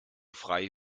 frei